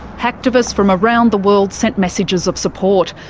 hacktivists from around the world sent messages of support,